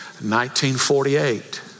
1948